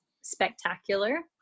spectacular